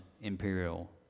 imperial